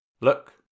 Look